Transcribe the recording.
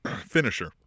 finisher